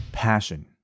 passion